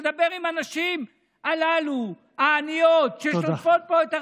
תדבר עם הנשים הללו העניות ששוטפות פה את הרצפות.